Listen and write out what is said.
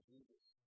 Jesus